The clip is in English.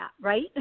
right